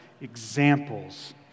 examples